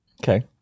Okay